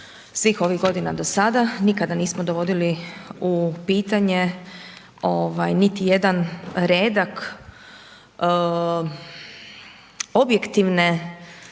svih ovih godina do sada, nikada nismo dovodili u pitanje, niti jedan redak, objektivne